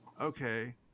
okay